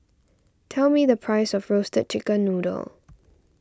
tell me the price of Roasted Chicken Noodle